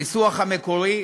הניסוח המקורי,